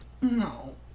no